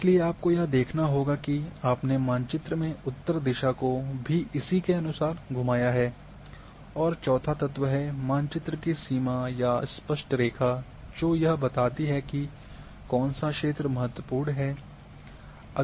इसलिए आपको यह देखना होगा कि आपने मानचित्र में उत्तर दिशा को भी इसी के अनुसार घुमाया गया है और चौथा तत्व है मानचित्र की सीमा या एक स्पष्ट रेखा जो यह भी बताती है कि कौन सा क्षेत्र महत्वपूर्ण है